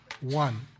one